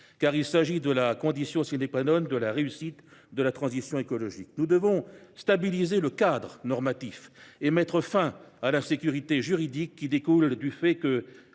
car il s’agit de la condition de la réussite de la transition écologique. Nous devons stabiliser le cadre normatif et mettre fin à l’insécurité juridique découlant de ce que